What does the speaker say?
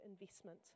investment